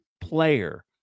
player